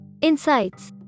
insights